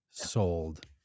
sold